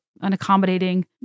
unaccommodating